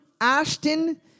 Ashton